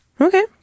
Okay